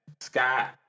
Scott